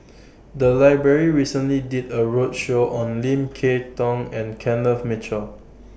The Library recently did A roadshow on Lim Kay Tong and Kenneth Mitchell